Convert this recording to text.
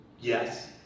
yes